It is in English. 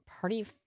Party